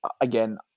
again